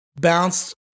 bounced